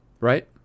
right